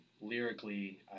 lyrically